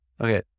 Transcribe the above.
Okay